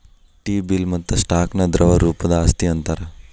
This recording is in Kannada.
ಟಿ ಬಿಲ್ ಮತ್ತ ಸ್ಟಾಕ್ ನ ದ್ರವ ರೂಪದ್ ಆಸ್ತಿ ಅಂತಾರ್